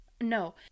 no